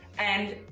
and,